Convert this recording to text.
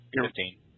Fifteen